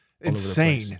insane